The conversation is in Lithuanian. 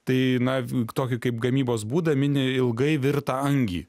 tai na tokį kaip gamybos būdą mini ilgai virtą angį